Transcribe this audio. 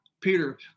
Peter